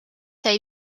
sai